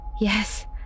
Yes